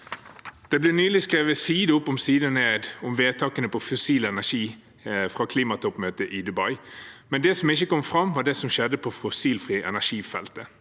Det ble nylig skrevet side opp og side ned om vedtakene om fossil energi fra klimatoppmøtet i Dubai. Det som ikke kom fram, var det som skjedde på feltet